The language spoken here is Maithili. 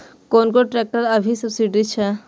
कोन कोन ट्रेक्टर अभी सब्सीडी छै?